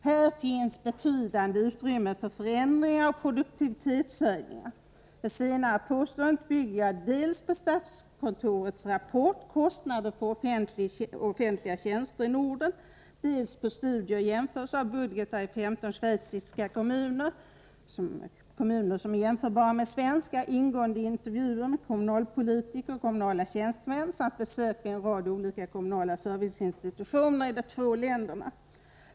Här finns betydande utrymme för förändringar och produktivitetshöjningar. Det senare påståendet bygger jag dels på statskontorets rapport Kostnader för offentliga tjänster i Norden, dels på studier och sammanställningar av budgetar i 15 schweiziska kommuner med jämförbara svenska kommuner, ingående intervjuer med kommunalpolitiker och kommunala tjänstemän samt besök vid en rad olika kommunala serviceinstitutioner här i Sverige och i Schweiz.